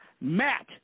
Matt